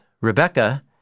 Rebecca